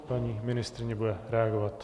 Paní ministryně bude reagovat.